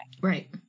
Right